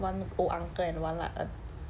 one old uncle and one like err